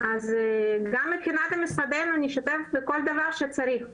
גם מבחינת המשרדים אני אשתתף בכל דבר שצריך.